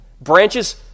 branches